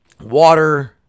Water